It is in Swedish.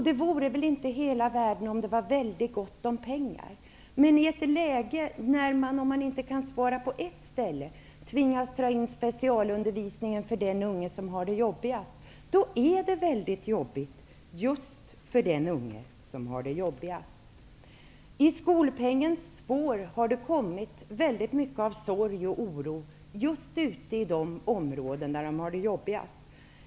Det vore väl inte hela världen om det fanns gott om pengar. Men i det läge när man, om man inte kan spara på ett ställe, tvingas dra in specialundervisningen för den unge som har det jobbigast, blir det mycket jobbigt för just den ungen. I skolpengens spår har det uppstått väldigt mycket av sorg och oro, just i de områden där man har det jobbigast.